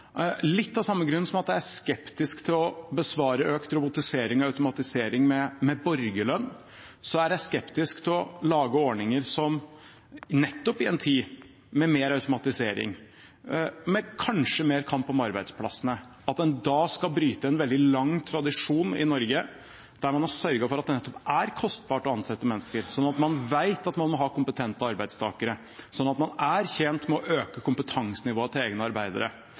Litt av samme grunn som at jeg er skeptisk til å besvare økt robotisering og automatisering med borgerlønn, er jeg skeptisk til å lage ordninger som, nettopp i en tid med mer automatisering og kanskje mer kamp om arbeidsplassene, bryter en veldig lang tradisjon i Norge, der man har sørget for at det nettopp er kostbart å ansette mennesker, slik at man vet at man må ha kompetente arbeidstakere, slik at man er tjent med å øke kompetansenivået hos egne arbeidere,